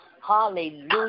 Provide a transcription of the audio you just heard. Hallelujah